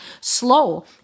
slow